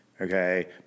okay